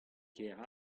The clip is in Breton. ker